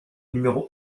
numéro